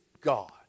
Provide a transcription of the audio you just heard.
God